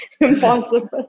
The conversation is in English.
Impossible